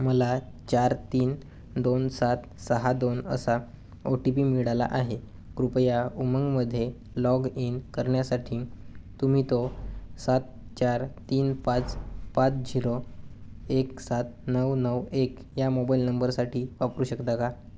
मला चार तीन दोन सात सहा दोन असा ओ टी पी मिळाला आहे कृपया उमंगमध्ये लॉग इन करण्यासाठी तुम्ही तो सात चार तीन पाच पाच झिरो एक सात नऊ नऊ एक या मोबाईल नंबरसाठी वापरू शकता का